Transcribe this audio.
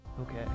okay